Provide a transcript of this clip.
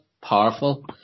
powerful